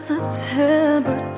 September